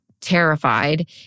terrified